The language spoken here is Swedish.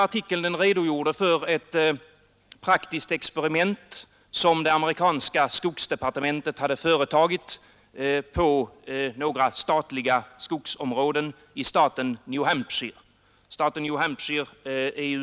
Artikeln redogjorde för ett praktiskt experiment som det amerikanska skogsdepartementet hade företagit på några statliga skogsområden i staten New Hampshire.